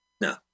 No